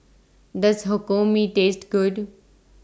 Does Hokkien Mee Taste Good